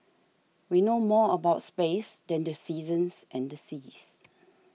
we know more about space than the seasons and the seas